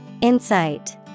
Insight